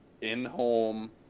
in-home